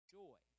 joy